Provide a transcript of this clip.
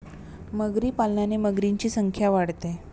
मगरी पालनाने मगरींची संख्या वाढते